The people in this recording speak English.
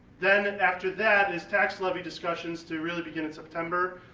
then and after that is tax levy discussions to really begin in september,